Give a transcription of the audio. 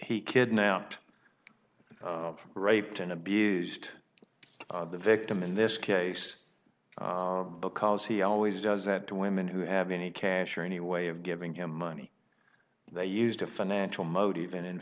he kidnapped raped and abused the victim in this case because he always does that to women who have any cash or any way of giving him money they used a financial motive and in